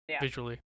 visually